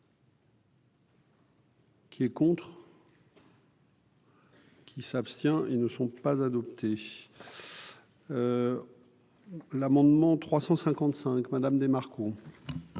Qui est contre. Qui s'abstient, ils ne sont pas adoptés. L'amendement 355 Madame DeMarco